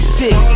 six